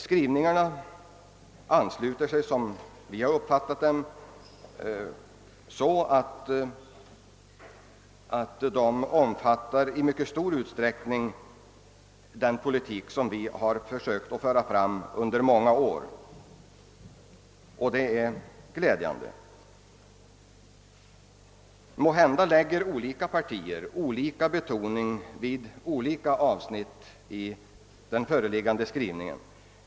Som vi har uppfattat saken ansluter sig skrivningarna i mycket stor utsträckning till den politik som vi har försökt att föra fram under många år; detta är som sagt glädjande. Måhända lägger partierna olika betoning på olika avsnitt av den föreliggande skrivningen.